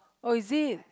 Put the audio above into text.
oh is it